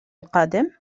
القادم